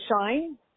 shine